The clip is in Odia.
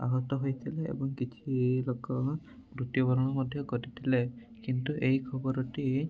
ଆହତ ହୋଇଥିଲେ ଏବଂ କିଛି ଲୋକ ମୃତ୍ୟୁ ବରଣ ମଧ୍ୟ କରିଥିଲେ କିନ୍ତୁ ଏହି ଖବରଟି